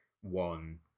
one